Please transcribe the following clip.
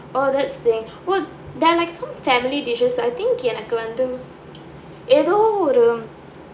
oh that stinks but there are like some family dishes I think எனக்கு வந்து ஏதோ ஒரு:enakku vanthu etho oru